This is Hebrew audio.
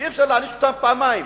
ואי-אפשר להעניש אותם פעמיים,